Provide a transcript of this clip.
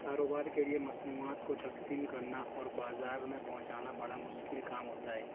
کاروبار کے لیے مصنوعات کو تقسیم کرنا اور بازار میں پہنچانا بڑا مشکل کام ہوتا ہے